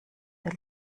der